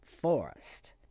FOREST